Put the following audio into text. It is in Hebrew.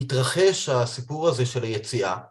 ‫התרחש הסיפור הזה של היציאה.